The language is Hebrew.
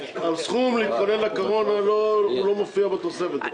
הסכום להתכונן לקורונה לא מופיע בתוספת.